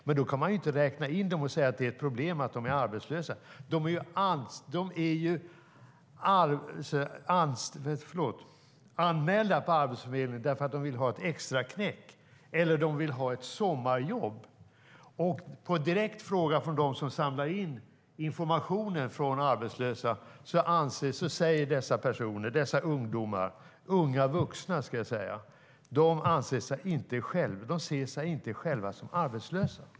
Men då kan man inte räkna in dem och säga att det är ett problem att de är arbetslösa. De är anmälda på Arbetsförmedlingen därför att de vill ha ett extraknäck eller ett sommarjobb. På en direkt fråga från dem som samlar in informationen från arbetslösa svarar dessa unga vuxna att de inte ser sig själva som arbetslösa.